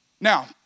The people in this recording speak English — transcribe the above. Now